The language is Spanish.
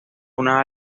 una